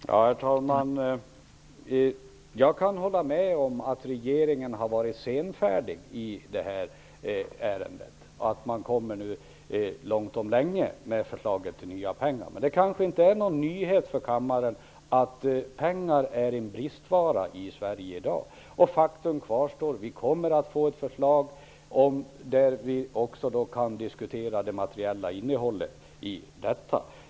Herr talman! Jag kan hålla med om att regeringen har varit senfärdig i detta ärende. Man kommer nu långt om länge med förslag om nya pengar. Men det kanske inte är någon nyhet för kammaren att pengar är en bristvara i Sverige i dag. Faktum kvarstår: Vi kommer att få ett förslag, och vi kan då också diskutera det materiella innehållet i detta.